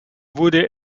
wurde